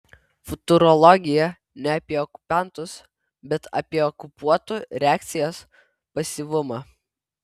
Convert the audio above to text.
futurologija ne apie okupantus bet apie okupuotų reakcijas pasyvumą